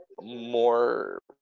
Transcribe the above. more